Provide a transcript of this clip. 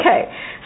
Okay